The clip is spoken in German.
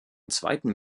zweiten